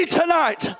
tonight